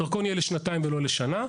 הדרכון יהיה לשנתיים ולא לשנה.